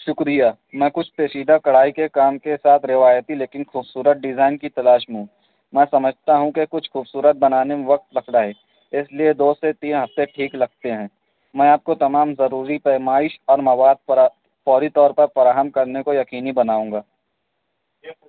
شکریہ میں کچھ پیچیدہ کڑھائی کے کام کے ساتھ روایتی لیکن خوبصورت ڈیزائن کی تلاش میں ہوں میں سمجھتا ہوں کہ کچھ خوبصورت بنانے میں وقت لگتا ہے اس لیے دو سے تین ہفتے ٹھیک لگتے ہیں میں آپ کو تمام ضروری پیمائش اور مواد فرا فوری طور پر فراہم کرنے کو یقینی بناؤں گا